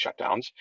shutdowns